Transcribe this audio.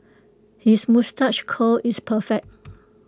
his moustache curl is perfect